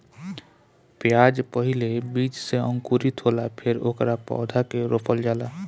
प्याज पहिले बीज से अंकुरित होला फेर ओकरा पौधा के रोपल जाला